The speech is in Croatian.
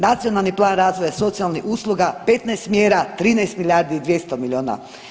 Nacionalni plan razvoja socijalnih usluga 15 mjera 13 milijardi i 200 miliona.